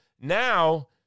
Now